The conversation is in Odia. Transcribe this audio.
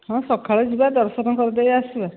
ହଁ ସକାଳେ ଯିବା ଦର୍ଶନ କରିଦେଇ ଆସିବା